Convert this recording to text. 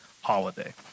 holiday